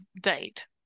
date